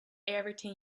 everything